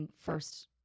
first